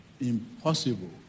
impossible